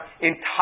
entire